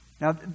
Now